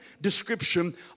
description